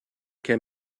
can